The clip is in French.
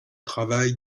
travail